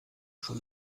schon